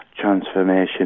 transformation